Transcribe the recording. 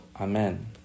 Amen